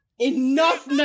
enough